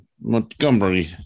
Montgomery